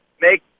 make